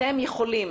אתם יכולים